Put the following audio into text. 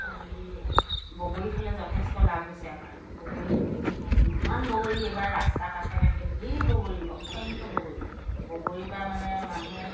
খালি বগৰি খালি যথেষ্ট লাভ হৈছে আমাৰ বগৰীখিনি ইমান বগৰী এইবাৰ ৰাস্তাৰ কাষে কাষে ঢেৰ বগৰী অসংখ্য বগৰী বগৰীৰ পৰা মানে মানুহে